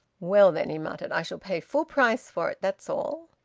well, then, he muttered, i shall pay full price for it that's all.